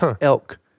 elk